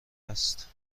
است